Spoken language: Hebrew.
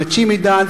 עם הצ'ימידן,